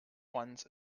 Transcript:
ones